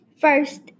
First